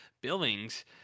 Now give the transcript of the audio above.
billings